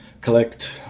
collect